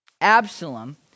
Absalom